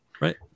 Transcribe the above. Right